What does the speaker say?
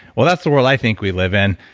well, that's the world i think we live in.